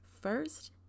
first